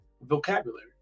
vocabulary